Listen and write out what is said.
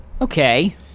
Okay